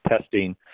testing